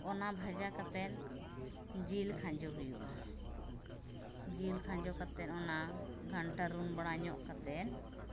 ᱚᱱᱟ ᱵᱷᱟᱡᱟ ᱠᱟᱛᱮᱫ ᱡᱤᱞ ᱠᱷᱟᱸᱡᱚ ᱦᱩᱭᱩᱜᱼᱟ ᱡᱤᱞ ᱠᱷᱟᱸᱡᱚ ᱠᱟᱛᱮᱫ ᱚᱱᱟ ᱜᱷᱟᱱᱴᱟ ᱨᱩᱱ ᱵᱟᱲᱟᱧᱚᱜ ᱠᱟᱛᱮᱫ